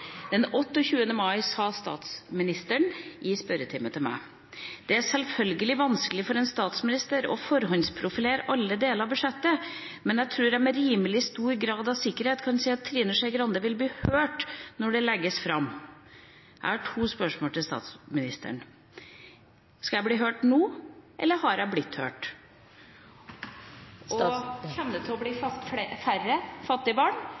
den 28. mai i år sa statsministeren til meg: «Det er selvfølgelig vanskelig for en statsminister å forhåndsprofilere alle deler i budsjettet, men jeg tror at jeg med rimelig stor grad av sikkerhet kan si at Trine Skei Grande vil bli hørt når vi legger frem det.» Jeg har to spørsmål til statsministeren. Skal jeg bli hørt nå, eller har jeg blitt hørt? Og kommer det til å bli færre fattige barn